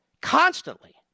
constantly